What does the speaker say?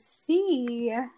see